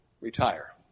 retire